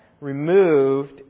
removed